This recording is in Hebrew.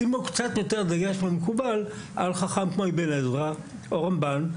שימו קצת יותר דגש מהמקובל על חכם כמו אבן עזרא או הרמב"ן,